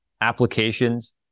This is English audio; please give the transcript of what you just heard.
applications